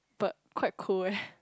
but quite cool eh